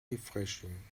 refreshing